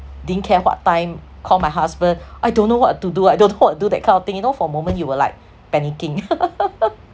didn't care what time call my husband I don't know what to do I don't know what to do that kind of thing you know for a moment you were like panicking